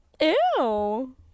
Ew